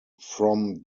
from